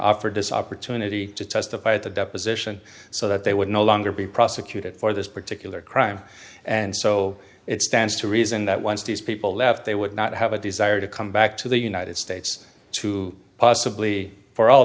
offered this opportunity to testify at the deposition so that they would no longer be prosecuted for this particular crime and so it stands to reason that once these people left they would not have a desire to come back to the united states to possibly for all